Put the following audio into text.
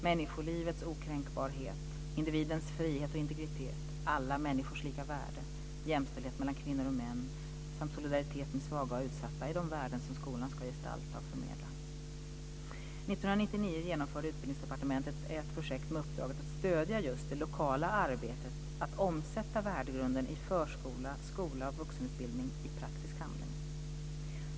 Människolivets okränkbarhet, individens frihet och integritet, alla människors lika värde, jämställdhet mellan kvinnor och män samt solidaritet med svaga och utsatta är de värden som skolan ska gestalta och förmedla. År 1999 genomförde Utbildningsdepartementet ett projekt med uppdraget att stödja det lokala arbetet med att omsätta värdegrunden i förskola, skola och vuxenutbildning i praktisk handling.